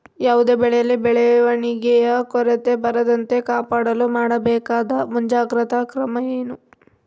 ಯಾವುದೇ ಬೆಳೆಯಲ್ಲಿ ಬೆಳವಣಿಗೆಯ ಕೊರತೆ ಬರದಂತೆ ಕಾಪಾಡಲು ಮಾಡಬೇಕಾದ ಮುಂಜಾಗ್ರತಾ ಕ್ರಮ ಏನು?